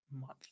month